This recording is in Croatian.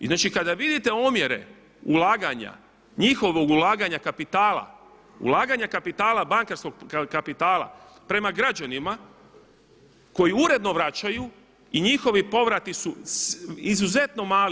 I znači kada vidite omjere ulaganja, njihovog ulaganja kapitala, ulaganja kapitala bankarskog kapitala prema građanima koji uredno vraćaju i njihovi povrati su izuzetno mali.